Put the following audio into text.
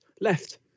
left